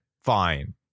Fine